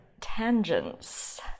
tangents